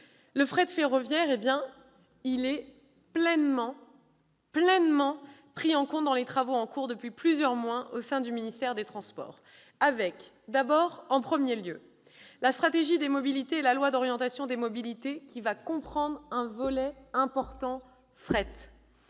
Le fret ferroviaire est pleinement pris en compte dans les travaux en cours depuis plusieurs mois au sein du ministère chargé des transports. Je pense d'abord à la stratégie des mobilités et à la future loi d'orientation sur les mobilités, qui comprendra un volet important fret.